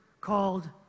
called